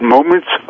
Moments